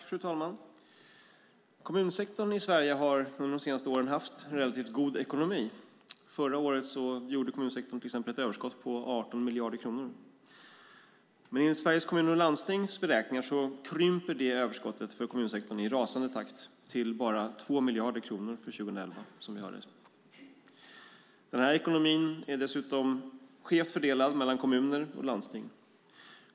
Fru talman! Kommunsektorn i Sverige har under de senaste åren haft en relativt god ekonomi. Förra året hade kommunsektorn till exempel ett överskott på 18 miljarder kronor. Enligt beräkningar från Sveriges Kommuner och Landsting krymper dock överskottet för kommunsektorn i rasande takt och blir endast 2 miljarder kronor 2011. Den här ekonomin är dessutom skevt fördelad mellan kommuner och landsting.